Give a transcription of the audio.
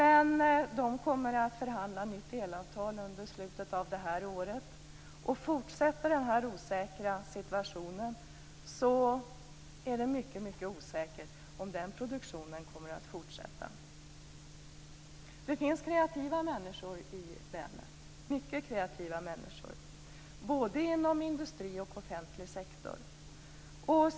Man kommer dock att förhandla om ett nytt elavtal under slutet av det här året, och fortsätter den här osäkra situationen är det mycket osäkert om produktionen kommer att fortsätta. Det finns kreativa människor i länet, mycket kreativa människor, både inom industri och inom offentlig sektor.